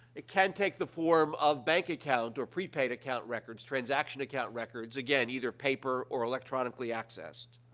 it can take the form of bank account or prepaid account records, transaction account records again, either paper or electronically accessed.